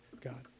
God